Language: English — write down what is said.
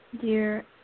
Dear